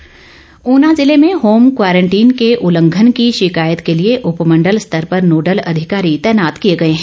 quarantine Una जिले में home quarantine के उल्लंघन की शिकायत के लिए उपमंडल स्तर पर नोडल अधिकारी तैनात किए गए हैं